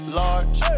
large